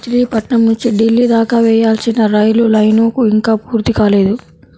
మచిలీపట్నం నుంచి ఢిల్లీ దాకా వేయాల్సిన రైలు లైను ఇంకా పూర్తి కాలేదు